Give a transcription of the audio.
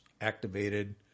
activated